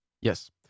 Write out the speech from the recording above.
Yes